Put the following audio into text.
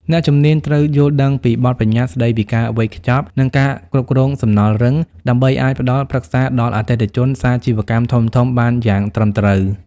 អ្នកជំនាញត្រូវយល់ដឹងពីបទបញ្ញត្តិស្ដីពីការវេចខ្ចប់ និងការគ្រប់គ្រងសំណល់រឹង ដើម្បីអាចផ្ដល់ប្រឹក្សាដល់អតិថិជនសាជីវកម្មធំៗបានយ៉ាងត្រឹមត្រូវ។